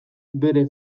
bere